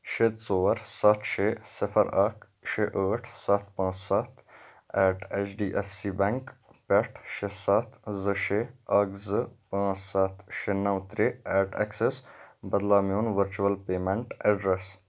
شےٚ ژور سَتھ شےٚ صِفر اَکھ شےٚ ٲٹھ سَتھ پانٛژھ سَتھ at H D F C bank پٮ۪ٹھٕ شےٚ سَتھ زٕ شےٚ اَکھ زٕ پانٛژھ سَتھ شےٚ نَو تہٕ ایٹ اٮ۪کسَس بدلاو میون ورچٕول پیمنٹ ایڈریس